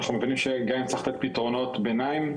אנחנו מבינים שגם אם נצטרך לתת פתרונות ביניים,